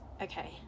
Okay